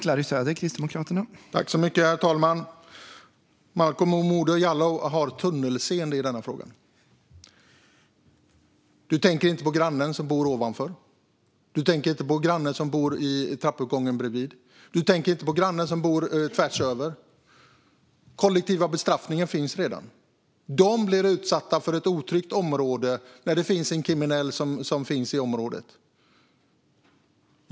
Herr talman! Malcolm Momodou Jallow har tunnelseende i denna fråga. Du tänker inte på grannen som bor ovanför. Du tänker inte på grannen i trappuppgången bredvid. Du tänker inte på grannen som bor tvärsöver. Kollektiv bestraffning finns redan. De blir utsatta för otrygghet när det bor en kriminell i området.